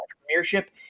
Premiership